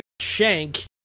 Shank